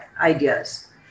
ideas